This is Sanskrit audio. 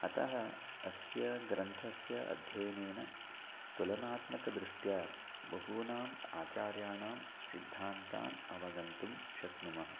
अतः अस्य ग्रन्थस्य अध्ययनेन तुलनात्मकदृष्ट्या बहूनाम् आचार्याणां सिद्धान्तान् अवगन्तुं शक्नुमः